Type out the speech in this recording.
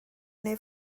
neu